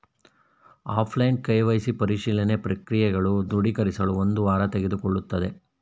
offline KYC ಪರಿಶೀಲನೆ ಪ್ರಕ್ರಿಯೆಗಳು ದೃಢೀಕರಿಸಲು ಒಂದು ವಾರ ತೆಗೆದುಕೊಳ್ಳುತ್ತದೆ